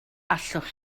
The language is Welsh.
allwch